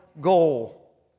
goal